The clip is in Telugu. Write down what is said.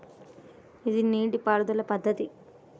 ఇది నీటిపారుదల పద్ధతి